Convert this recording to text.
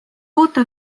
uute